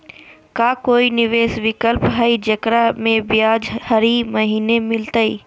का कोई निवेस विकल्प हई, जेकरा में ब्याज हरी महीने मिलतई?